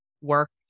work